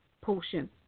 portion